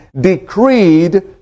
decreed